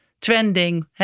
trending